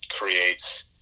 creates